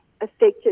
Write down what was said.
affected